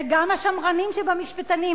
וגם השמרנים שבמשפטנים,